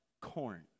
corn